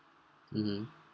mmhmm